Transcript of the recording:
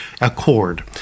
accord